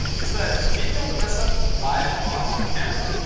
is that being able to mess up live on camera,